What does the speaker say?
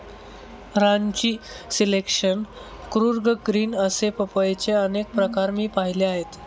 Ranchi selection, Coorg green असे पपईचे अनेक प्रकार मी पाहिले आहेत